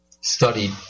studied